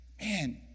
man